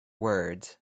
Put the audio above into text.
words